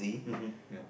ya